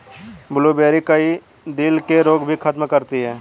blueberry, कई दिल के रोग भी खत्म करती है